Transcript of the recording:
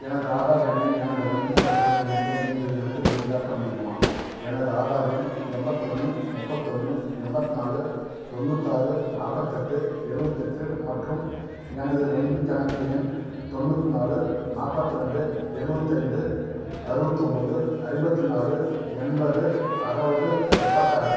எனது ஆதார் எண்ணை எனது வங்கிக் கணக்குடன் இணைக்க நீங்கள் எனக்கு வழிகாட்ட முடியுமா எனது ஆதார் எண் எண்பத்தொன்னு முப்பத்தொன்று எண்பத்னாலு தொண்ணூத்தாறு நாற்பத்தெட்டு எழுவத்து எட்டு மற்றும் எனது வங்கிக் கணக்கு எண் தொண்ணூற்றி நாலு நாற்பது ரெண்டு எழுவத்து ஐந்து அறுபத்து ஒம்போது ஐம்பத்தி நாலு எண்பது அறுவது முப்பத்தாறு